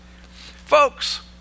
Folks